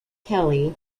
kelly